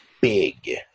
big